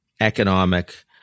economic